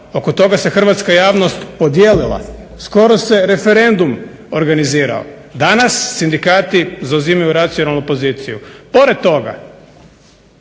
Oko toga se hrvatska javnost podijelila, skoro se referendum organizirao. Danas sindikati zauzimaju racionalnu poziciju.